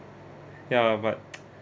ya but